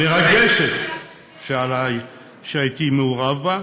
המרגשת, הייתי מעורב בו,